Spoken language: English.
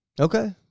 Okay